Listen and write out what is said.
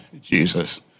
Jesus